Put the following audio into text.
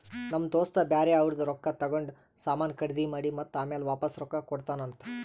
ನಮ್ ದೋಸ್ತ ಬ್ಯಾರೆ ಅವ್ರದ್ ರೊಕ್ಕಾ ತಗೊಂಡ್ ಸಾಮಾನ್ ಖರ್ದಿ ಮಾಡಿ ಮತ್ತ ಆಮ್ಯಾಲ ವಾಪಾಸ್ ರೊಕ್ಕಾ ಕೊಡ್ತಾನ್ ಅಂತ್